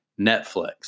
Netflix